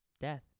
death